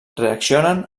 reaccionen